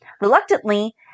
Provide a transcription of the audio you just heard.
Reluctantly